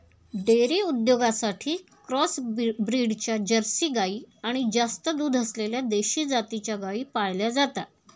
dairy उद्योगासाठी cross ब्रीडच्या Jersey गाई आणि जास्त दूध असलेल्या देशी जातीच्या गायी पाळल्या जातात